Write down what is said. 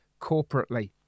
corporately